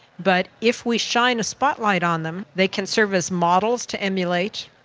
but if we shine a spotlight on them they can service models to emulate,